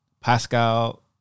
Pascal